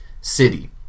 City